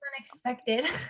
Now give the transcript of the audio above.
unexpected